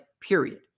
period